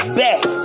back